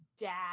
Dad